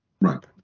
right